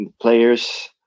players